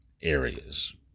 areas